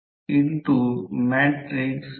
तर हा रिअॅक्टन्स आहे